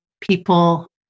people